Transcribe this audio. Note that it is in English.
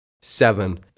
Seven